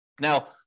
Now